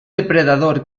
depredador